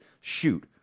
shoot